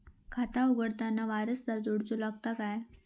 खाता उघडताना वारसदार जोडूचो लागता काय?